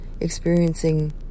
experiencing